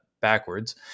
backwards